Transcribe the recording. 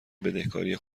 بدهکاری